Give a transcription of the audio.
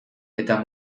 eta